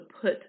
put